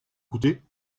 coûté